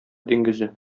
диңгезе